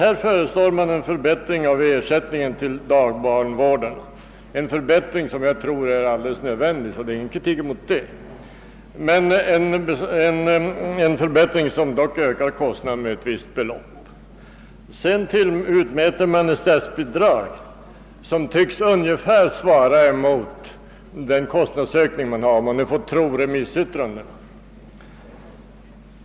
Här föreslår man en förbättring av ersättningen till barndagvården — den förbättringen tror jag är alldeles nödvändig, så jag riktar ingen kritik mot den. Förbättringen ökar dock kostnaderna med ett visst belopp. Sedan utmäter man ett statsbidrag som tycks ungefär svara mot den kostnadsökning kommunerna åsamkas, om man nu får tro remissyttrandena.